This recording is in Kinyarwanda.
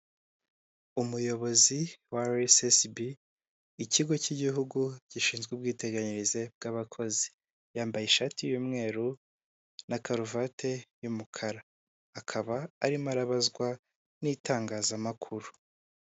Umuyobozi wa araesiesibi ikigo cy'igihugu gishinzwe ubwiteganyirize bw'abakozi, yambaye ishati y'umweru na karuvati y'umukara akaba arimo arabazwa n'itangazamakuru.